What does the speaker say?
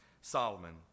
Solomon